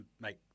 make